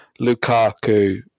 lukaku